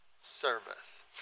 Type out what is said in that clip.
service